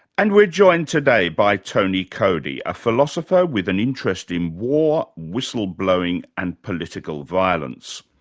and we're joined today by tony coady, a philosopher with an interest in war, whistle-blowing and political violence.